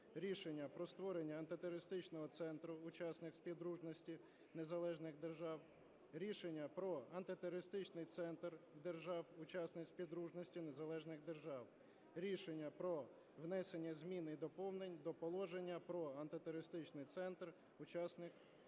рішення про створення Антитерористичного центру учасниць Співдружності Незалежних Держав. Рішення про Антитерористичний центр держав-учасниць Співдружності Незалежних Держав, рішення про внесення зміни і доповнень до положення про Антитерористичний центр держав-учасниць Співдружності Незалежних Держав.